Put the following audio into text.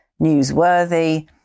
newsworthy